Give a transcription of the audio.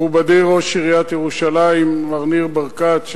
מכובדי ראש עיריית ירושלים מר ניר ברקת,